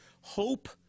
Hope